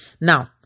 Now